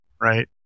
right